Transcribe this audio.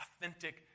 authentic